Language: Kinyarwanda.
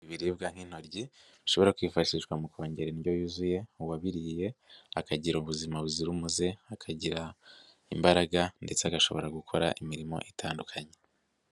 Ibiribwa nk'intoryi bishobora kwifashishwa mu kongera indyo yuzuye uwabiriye akagira ubuzima buzira umuze, akagira imbaraga ndetse agashobora gukora imirimo itandukanye.